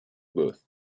booth